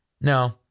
No